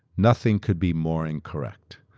nothing could be more incorrect.